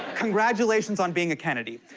congratulations on being a kennedy.